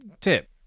tip